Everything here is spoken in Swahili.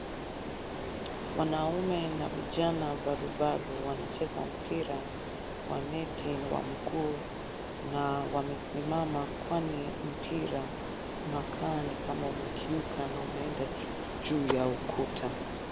Wanaume na vijana barubaru wanacheza mpira wa neti wa mguu, na wamesimama kwani mpira unakaa ni kama umekiuka na umeenda juu ya ukuta.